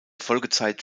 folgezeit